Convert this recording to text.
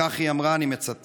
כך היא אמרה, אני מצטט: